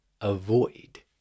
avoid